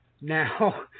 Now